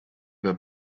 wir